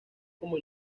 como